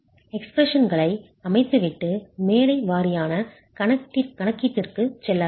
எக்ஸ்ப்ரெஷன்களை அமைத்துவிட்டு மேடை வாரியான கணக்கீட்டிற்குச் செல்லலாம்